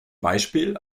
beispiel